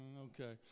Okay